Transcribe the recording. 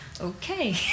okay